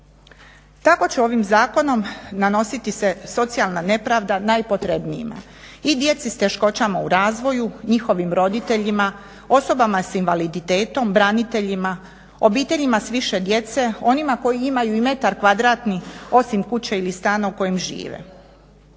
Tako će ovim zakonom nanositi se socijalna nepravda najpotrebnijima, i djeci s teškoćama u razvoju, njihovim roditeljima, osobama s invaliditetom, braniteljima, obiteljima s više djece, onima koji imaju i metar kvadratni osim kuće ili stana u kojem žive.